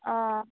অঁ